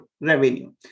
revenue